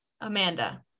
amanda